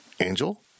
Angel